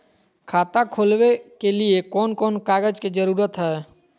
खाता खोलवे के लिए कौन कौन कागज के जरूरत है?